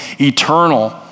eternal